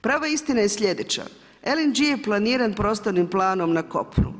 Prava istina je slijedeća: LNG je planiran prostornim planom na kopnu.